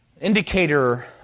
indicator